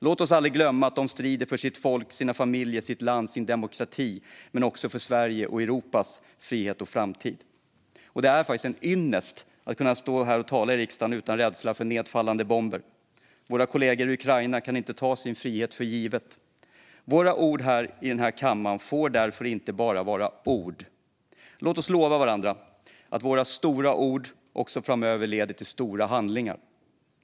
Låt oss aldrig glömma att de strider för sitt folk, sina familjer, sitt land, sin demokrati - men också för Sveriges och Europas frihet och framtid. Det är en ynnest att kunna stå här och tala i riksdagen utan rädsla för nedfallande bomber. Våra kollegor i Ukraina kan inte ta sin frihet för given. Våra ord här i denna kammare får därför inte vara bara ord. Låt oss lova varandra att våra stora ord också framöver leder till stora handlingar.